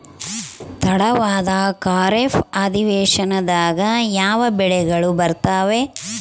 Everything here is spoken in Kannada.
ತಡವಾದ ಖಾರೇಫ್ ಅಧಿವೇಶನದಾಗ ಯಾವ ಬೆಳೆಗಳು ಬರ್ತಾವೆ?